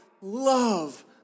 love